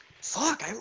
Fuck